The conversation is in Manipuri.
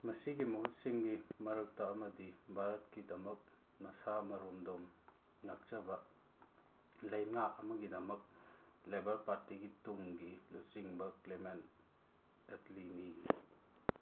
ꯃꯁꯤꯒꯤ ꯃꯍꯨꯠꯁꯤꯡꯒꯤ ꯃꯔꯛꯇ ꯑꯃꯗꯤ ꯕꯥꯔꯠꯀꯤꯗꯃꯛ ꯃꯁꯥ ꯃꯔꯣꯝꯗꯣꯝ ꯉꯥꯛꯆꯕ ꯂꯩꯉꯥꯛ ꯑꯃꯒꯤꯗꯃꯛ ꯂꯦꯕꯔ ꯄꯥꯔꯇꯤꯒꯤ ꯇꯨꯡꯒꯤ ꯂꯨꯆꯤꯡꯕ ꯀ꯭ꯂꯦꯃꯦꯟ ꯑꯦꯠꯂꯤꯅꯤ